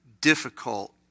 difficult